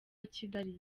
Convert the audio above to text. kigali